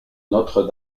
notre